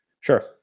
sure